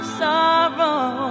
sorrow